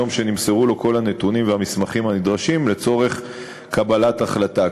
מיום שנמסרו לו כל הנתונים והמסמכים הנדרשים לצורך קבלת החלטה.